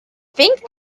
think